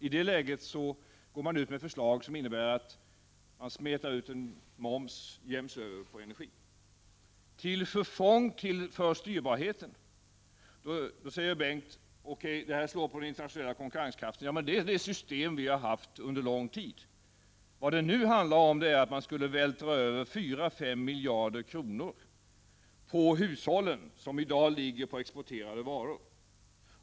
I det läget går man ut med förslag som innebär att man smetar ut en moms jämnt över på energin, till förfång för styrbarheten. Då säger Bengt: Okej, det här går ut över den internationella konkurrenskraften, men det är ett system vi har haft under lång tid. Vad det nu handlar om är att vältra över 4-5 miljarder kronor på hushållen, kostnader som i dag ligger på exporterade varor.